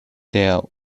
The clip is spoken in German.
der